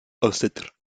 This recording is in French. ancêtres